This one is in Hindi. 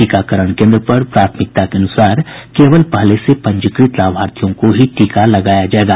टीकाकरण केन्द्र पर प्राथमिकता के अनुसार केवल पहले से पंजीकृत लाभार्थियों को ही टीका लगाया जाएगा